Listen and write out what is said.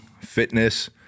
fitness